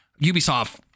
Ubisoft